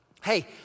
hey